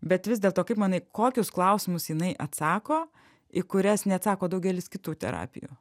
bet vis dėlto kaip manai kokius klausimus jinai atsako į kurias neatsako daugelis kitų terapijų